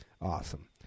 awesome